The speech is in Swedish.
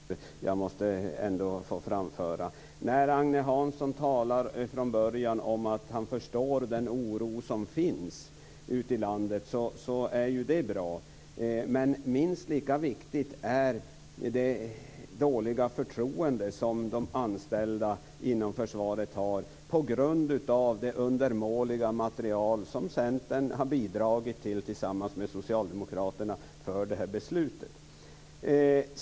Fru talman! Trots att det kanske är sista talaren måste jag begära replik. Det är en sak jag ändå måste få framföra. När Agne Hansson från början talar om att han förstår den oro som finns ute i landet är ju det bra. Men minst lika viktigt är det dåliga förtroende de anställda inom försvaret har på grund av det undermåliga material som Centern tillsammans med Socialdemokraterna har bidragit till när det gäller det här beslutet.